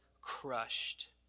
crushed